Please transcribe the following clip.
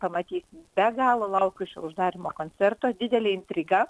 pamatysim be galo laukiu šio uždarymo koncerto didelė intriga